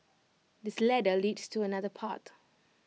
this ladder leads to another path